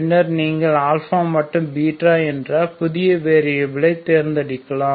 பின்னர் நீங்கள் மற்றும் என்ற புதிய வேரியபிலை தேர்ந்தெடுக்கலாம்